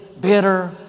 bitter